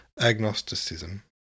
Agnosticism